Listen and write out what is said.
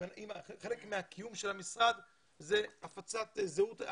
חלק מהקיום של המשרד זה הפצת זהות,